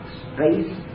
space